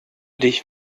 dich